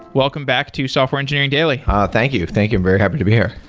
welcome back to software engineering daily thank you. thank you. i'm very happy to be here.